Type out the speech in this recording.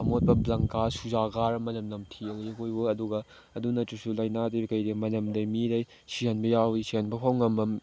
ꯑꯃꯣꯠꯄ ꯖꯪ ꯀꯥꯔ ꯁꯨꯖꯥ ꯀꯥꯔ ꯃꯅꯝ ꯅꯝꯊꯤꯔꯅꯤ ꯑꯩꯈꯣꯏ ꯑꯗꯨꯒ ꯑꯗꯨ ꯅꯠꯇ꯭ꯔꯁꯨ ꯂꯥꯏꯅꯥꯗꯒꯤ ꯀꯩꯗꯒꯤ ꯃꯅꯝꯗꯒꯤ ꯃꯤꯗꯒꯤ ꯁꯤꯍꯟꯕ ꯌꯥꯎꯏ ꯁꯤꯍꯟꯕ ꯐꯥꯎ ꯉꯝꯕ